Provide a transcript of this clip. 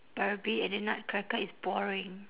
barbie in the nutcracker is boring